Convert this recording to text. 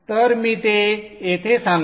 तर मी ते येथे सांगतो